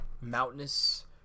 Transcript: mountainous